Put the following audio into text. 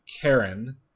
karen